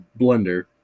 Blender